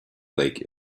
lake